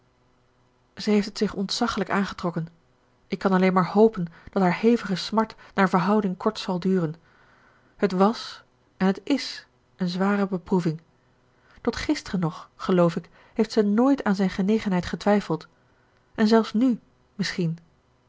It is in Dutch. zij heeft het zich ontzaglijk aangetrokken ik kan alleen maar hopen dat haar hevige smart naar verhouding kort zal duren het wàs en het is een zware beproeving tot gisteren nog geloof ik heeft zij nooit aan zijn genegenheid getwijfeld en zelfs nù misschien